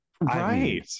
Right